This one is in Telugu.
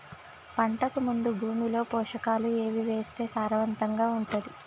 పంటకు ముందు భూమిలో పోషకాలు ఏవి వేస్తే సారవంతంగా ఉంటది?